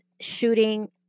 shooting